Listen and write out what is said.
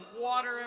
water